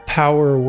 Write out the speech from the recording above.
power